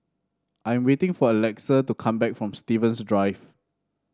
I am waiting for Alexa to come back from Stevens Drive